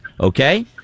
Okay